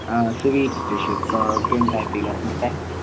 آ سُویٖٹٕس تہِ چھِ آ کَمہِ ٹایپٕکۍ گژھنو تۄہہِ